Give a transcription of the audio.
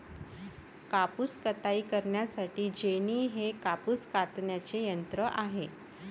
कापूस कताई करण्यासाठी जेनी हे कापूस कातण्याचे यंत्र आहे